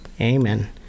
Amen